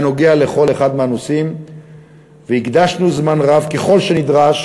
הנוגע לכל אחד מהנושאים והקדשנו זמן רב ככל שנדרש